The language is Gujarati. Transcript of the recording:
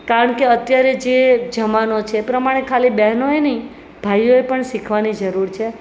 કારણ કે અત્યારે જે જમાનો છે એ પ્રમાણે ખાલી બહનોએ નહીં ભાઈઓએ પણ શીખવાની જરૂર છે